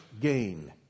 gain